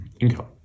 income